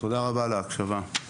תודה עבור ההקשבה.